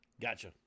Gotcha